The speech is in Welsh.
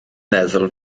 meddwl